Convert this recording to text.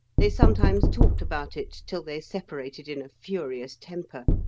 they sometimes talked about it till they separated in a furious temper,